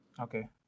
Okay